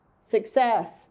Success